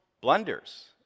blunders